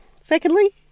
Secondly